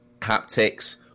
haptics